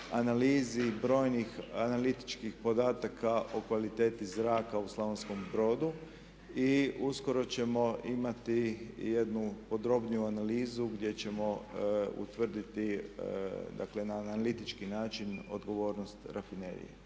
analizi brojnih analitičkih podataka o kvaliteti zraka u Slavonskom Brodu. I uskoro ćemo imati jednu podrobniju analizu gdje ćemo utvrditi dakle na analitički način odgovornost rafinerije